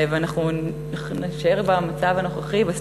ואם לא נדע לתעל נשים וערבים,